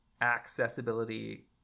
accessibility